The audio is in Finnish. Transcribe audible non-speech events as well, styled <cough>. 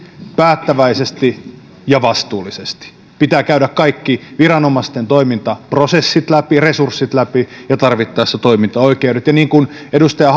päättäväisesti ja vastuullisesti pitää käydä kaikki viranomaisten toimintaprosessit läpi resurssit läpi ja tarvittaessa toimintaoikeudet ja niin kuin edustaja <unintelligible>